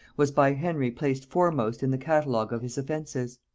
was by henry placed foremost in the catalogue of his offences.